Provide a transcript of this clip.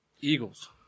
Eagles